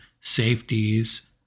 safeties